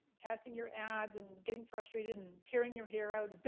testing your ads, and getting frustrated, and tearing your hair out.